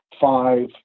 five